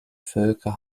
völker